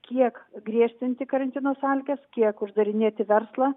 kiek griežtinti karantino sąlygas kiek uždarinėti verslą